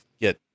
get